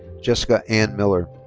jessica ann miller.